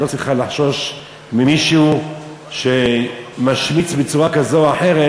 את לא צריכה לחשוש ממישהו שמשמיץ בצורה כזו או אחרת,